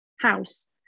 house